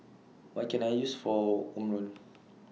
What Can I use For Omron